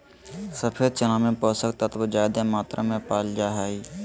सफ़ेद चना में पोषक तत्व ज्यादे मात्रा में पाल जा हइ